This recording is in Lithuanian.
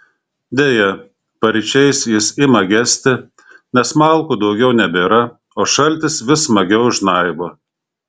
deja paryčiais jis ima gesti nes malkų daugiau nebėra o šaltis vis smagiau žnaibo